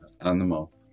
animal